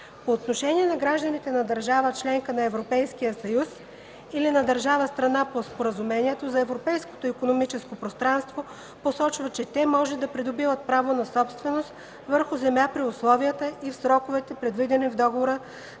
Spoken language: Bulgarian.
По отношение на гражданите на държава – членка на Европейския съюз или на държава – страна по Споразумението за Европейското икономическо пространство, посочва, че те може да придобиват право на собственост върху земя при условията и в сроковете, предвидени в Договора